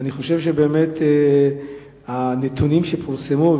אני חושב שהנתונים שפורסמו,